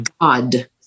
God